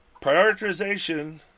prioritization